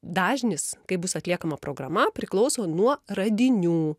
dažnis kai bus atliekama programa priklauso nuo radinių